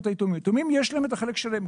ליתומים יש את החלק שלהם.